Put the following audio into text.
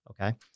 Okay